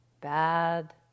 bad